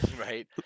Right